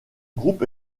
groupe